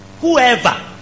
Whoever